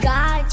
God